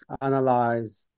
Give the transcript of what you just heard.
analyze